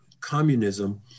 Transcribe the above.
communism